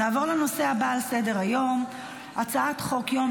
נעבור לנושא הבא על סדר-היום הצעת חוק יום